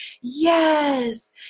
Yes